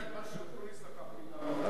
תחזיר לה את מה שאקוניס לקח מאתנו היום.